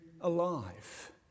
alive